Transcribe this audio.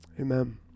Amen